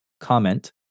comment